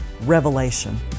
Revelation